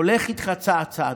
הולך איתך צעד-צעד.